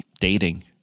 dating